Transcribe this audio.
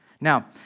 Now